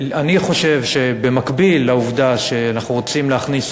אני חושב שבמקביל לעובדה שאנחנו רוצים להכניס